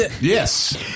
yes